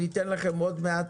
וניתן לכן עוד מעט,